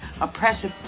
oppressive